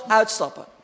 uitstappen